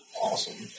awesome